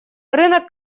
рынок